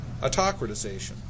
autocratization